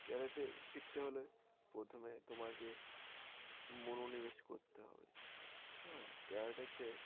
ক্যারেটে শিখতে হলে প্রথমে তোমাকে মনোনিবেশ করতে হবে হ্যাঁ ক্যারেটেতে